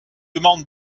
demande